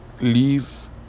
leave